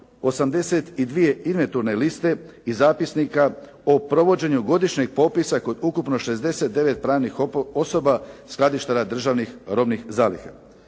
82 inventurne liste i zapisnika o provođenju godišnjih popisa, kod ukupno 69 pravnih osoba skladištara, državnih robnih zaliha.